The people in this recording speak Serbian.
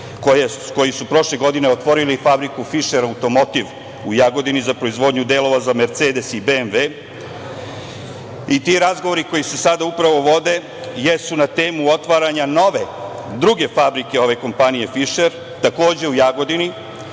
koji su prošle godine otvorili fabriku „Fišer automobil“ Jagodini za proizvodnju delova za „Mercedes“ i „BMV“. Ti razgovori koji se sada upravo vode jesu na temu otvaranja nove, druge fabrike ove kompanije, „Fišer“, takođe u Jagodini,